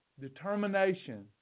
determination